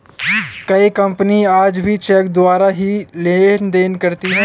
कई कपनियाँ आज भी चेक द्वारा ही लेन देन करती हैं